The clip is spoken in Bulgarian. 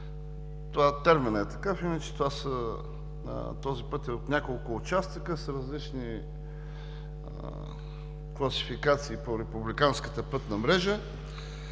– терминът е такъв, иначе този път е от няколко участъка с различни класификации по републиканската пътна мрежа.